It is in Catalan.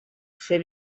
ser